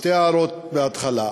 שתי הערות בהתחלה.